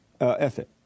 ethic